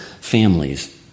families